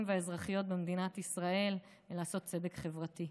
והאזרחיות במדינת ישראל ולעשות צדק חברתי.